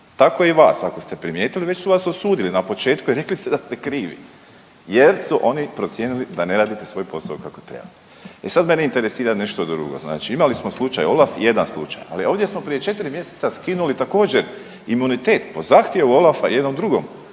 Tako i vas. Ako ste primijetili, već su vas osudili. Na početku i rekli ste da ste krivi. Jer su oni procijenili da ne radite svoj posao kako treba. E sad mene interesira nešto drugo. Znači imali smo slučaj Olaf, 1 slučaj. Ali ovdje smo prije 4 mjeseca skinuli također imunitet po zahtjevu Olafa, jednom drugom